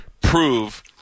prove